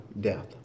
death